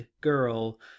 girl